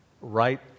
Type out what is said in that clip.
right